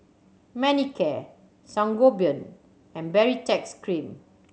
Manicare Sangobion and Baritex Cream